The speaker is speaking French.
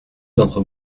d’entre